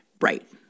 Right